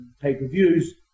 pay-per-views